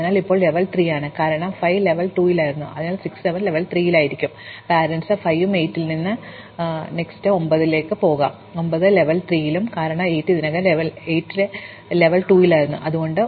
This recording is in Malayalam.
അതിനാൽ ഇവ ഇപ്പോൾ ലെവൽ 3 ലാണ് കാരണം 5 ലെവൽ 2 ലായിരുന്നു അതിനാൽ 6 ഉം 7 ഉം ലെവൽ 3 ലും അവരുടെ മാതാപിതാക്കൾ 5 ഉം 8 ൽ നിന്ന് ഞാൻ പോകും 9 മുതൽ 9 വരെ ലെവൽ 3 ലും ഉണ്ട് കാരണം 8 ഇതിനകം 2 ലെവലിൽ ആയിരുന്നു അതിനാൽ 9 ലെവൽ 3 ഉം അത് 8 ന് പാരന്റുമാണ്